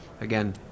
again